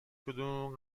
کدوممون